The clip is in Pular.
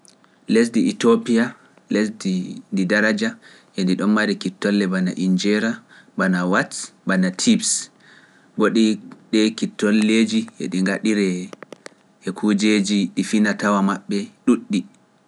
Lesdi Itopiya, lesdi ndi daraja, ndi ɗon mari kittolle bana Injeera, bana Watt, bana Tibs, mboɗi ɗee kittolleeji e ɗi ngaɗiree e kujeeji ɗi finatawa maɓɓe ɗuuɗɗi.